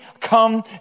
come